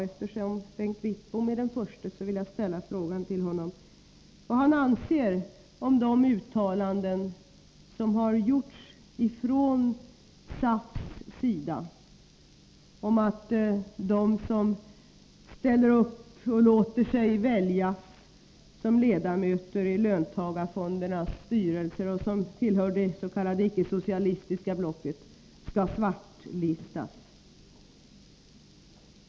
Eftersom Bengt Wittbom är den förste vill jag ställa frågan till honom, vad han anser om de uttalanden som har gjorts från SAF:s sida om att de som ställer upp och låter sig väljas som ledamöter i löntagarfondernas styrelser och som tillhör det s.k. icke-socialistiska blocket skall svartlistas.